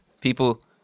people